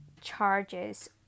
charges